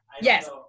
Yes